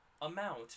amount